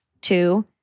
Two